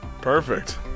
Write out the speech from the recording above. Perfect